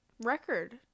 record